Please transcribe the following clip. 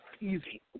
easy